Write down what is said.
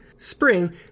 Spring